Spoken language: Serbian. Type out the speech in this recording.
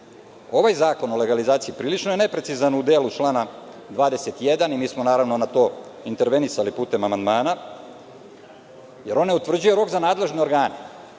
ovaj zakon o legalizaciji prilično je neprecizan u delu člana 21. i mi smo na to intervenisali putem amandmana, jer on ne utvrđuje rok za nadležne organe.